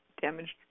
damaged